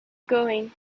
going